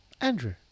Andrew